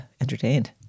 entertained